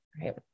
Right